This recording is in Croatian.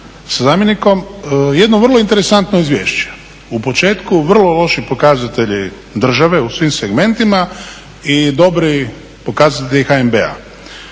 sa zamjenikom. Jedno vrlo interesantno izvješće, u početku vrlo loši pokazatelji države u svim segmentima i dobri pokazatelji HNB-a.